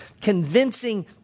convincing